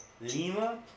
Lima